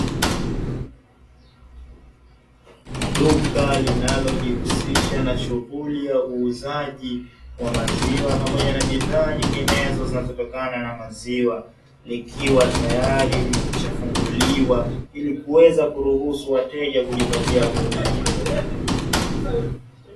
Duka linalojihusisha na shughuli ya uuzaji wa maziwa pamoja na bidhaa nyinginezo zinazotokana na maziwa, likiwa tayari limekwisha funguliwa ili kuweza kuruhusu wateja kujipatia huduma hizo.